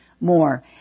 more